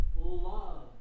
love